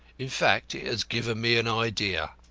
in fact it has given me an idea.